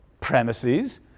premises